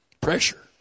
Pressure